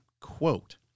Quote